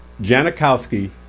Janikowski